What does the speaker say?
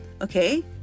okay